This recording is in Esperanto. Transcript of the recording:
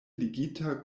ligita